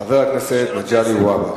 חבר הכנסת מגלי והבה,